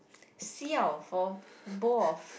siao for both of